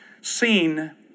seen